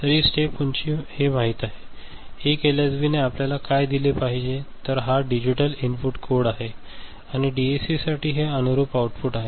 तर ही स्टेप उंची हे माहित आहे 1 एलएसबीने आपल्याला काय दिले पाहिजे तर हा डिजिटल इनपुट कोड आहे आणि डीएसीसाठी हे अनुरूप आउटपुट आहे